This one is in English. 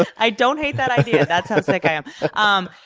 but i don't hate that idea. that's how sick i am. um